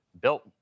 built